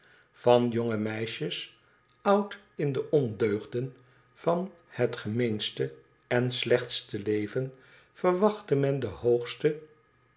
van jonge meisjes oud in de ondeugden van het gemeenste en slechtste leven verwachtte men de hoogste